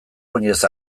oinez